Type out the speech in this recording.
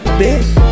bitch